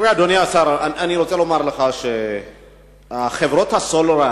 אדוני השר, אני רוצה לומר שחברות הסלולר,